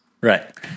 Right